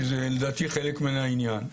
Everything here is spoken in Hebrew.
כי לדעתי זה חלק מן העניין.